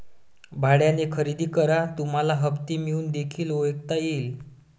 भाड्याने खरेदी करा तुम्हाला हप्ते म्हणून देखील ओळखता येईल